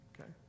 okay